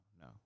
no